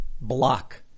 block